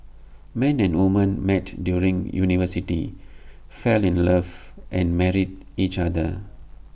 man and woman met during university fell in love and married each other